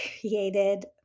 created